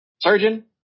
Surgeon